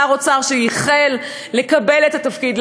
שר אוצר שייחל לקבל את התפקיד,